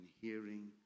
hearing